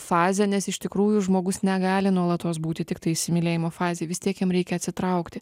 fazę nes iš tikrųjų žmogus negali nuolatos būti tiktai įsimylėjimo fazėj vis tiek jam reikia atsitraukti